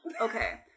Okay